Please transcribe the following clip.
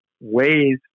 ways